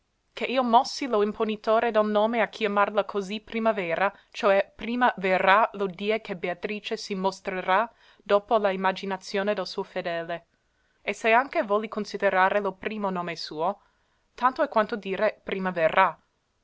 ché io mossi lo imponitore del nome a chiamarla così primavera cioè prima verrà lo die che beatrice si mosterrà dopo la imaginazione del suo fedele e se anche vòli considerare lo primo nome suo tanto è quanto dire prima verrà